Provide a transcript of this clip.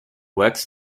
works